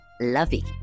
lovey